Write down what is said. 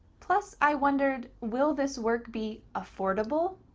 plus i wondered, will this work be affordable?